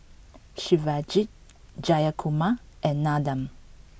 Shivaji Jayakumar and Nandan